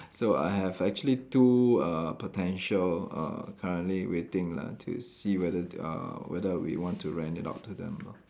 so I have actually two err potential uh currently waiting lah to see whether uh whether we want to rent it out to them lor